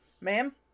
Ma'am